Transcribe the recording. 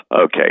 Okay